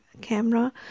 camera